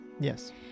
yes